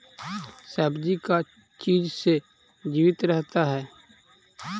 सब्जी का चीज से जीवित रहता है?